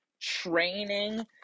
training